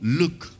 look